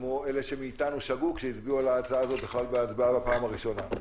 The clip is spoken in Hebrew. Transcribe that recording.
כמו אלה שמאיתנו שגו כשהצביעו על ההצעה הזאת בכלל בהצבעה בפעם הראשונה.